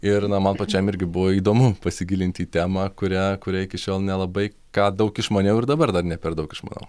ir na man pačiam irgi buvo įdomu pasigilinti į temą kurią kuria iki šiol nelabai ką daug išmaniau ir dabar dar ne per daug išmanau